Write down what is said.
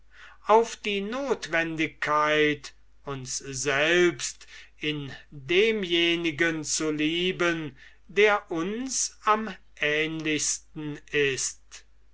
auf die notwendigkeit uns selbst in demjenigen zu lieben der uns am ähnlichsten ist